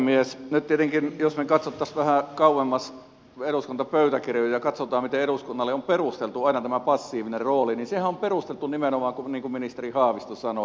nyt tietenkin jos me katsoisimme vähän kauemmas eduskuntapöytäkirjoja ja katsoisimme miten eduskunnalle on perusteltu aina tämä passiivinen rooli niin sehän on perusteltu nimenomaan niin kuin ministeri haavisto sanoi